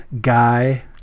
guy